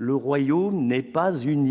le Royaume-Uni n'est pas une